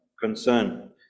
concern